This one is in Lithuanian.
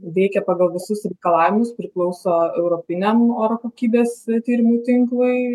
veikia pagal visus reikalavimus priklauso europiniam oro kokybės tyrimų tinklui